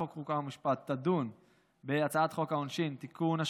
חוק ומשפט תדון בהצעת חוק העונשין (תיקון,